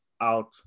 out